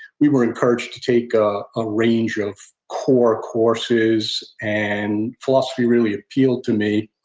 we were encouraged to take ah a range of core courses, and philosophy really appealed to me.